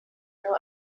now